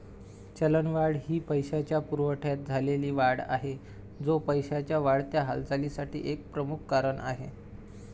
चलनवाढ ही पैशाच्या पुरवठ्यात झालेली वाढ आहे, जो पैशाच्या वाढत्या हालचालीसाठी एक प्रमुख कारण आहे